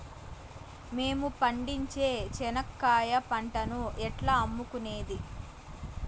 మేము పండించే చెనక్కాయ పంటను ఎట్లా అమ్ముకునేది?